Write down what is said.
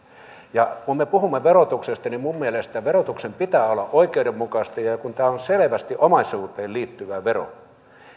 eduskunnassa kun me puhumme verotuksesta niin minun mielestäni verotuksen pitää olla oikeudenmukaista ja kun tämä on selvästi omaisuuteen liittyvä vero